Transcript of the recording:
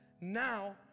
now